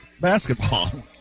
basketball